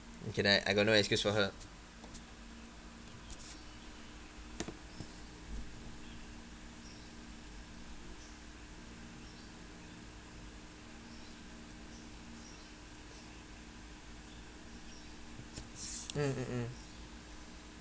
okay then I got no excuse for her mm mm mm